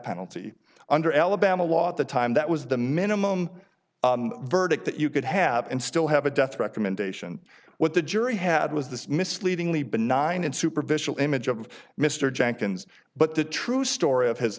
penalty under alabama law at the time that was the minimum verdict that you could have and still have a death recommendation what the jury had was this misleadingly benign and superficial image of mr jenkins but the true story of his